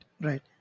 right